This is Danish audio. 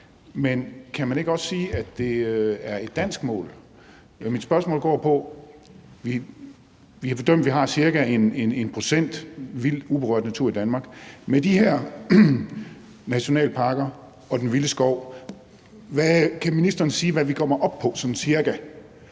men kan man ikke også sige, at det er et dansk mål? Mit spørgsmål går på, at vi har bedømt, at vi har ca. 1 pct. vild, uberørt natur i Danmark, og med de her nationalparker og den vilde skov kan ministeren sige hvad vi kommer op på